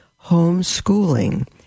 homeschooling